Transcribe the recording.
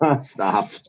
Stop